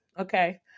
Okay